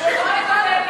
לא צוחק.